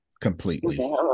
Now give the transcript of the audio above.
completely